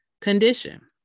condition